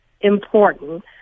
important